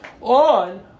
on